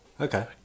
Okay